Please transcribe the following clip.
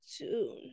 June